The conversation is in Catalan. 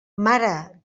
mare